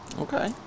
Okay